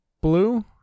blue